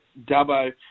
Dubbo